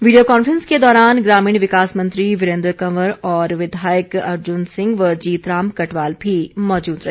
video conference के दौरान ग्रामीण विकास मंत्री वीरेंद्र कंवर और विधायक अर्जुन सिंह व जीतराम कटवाल भी मौजूद रहे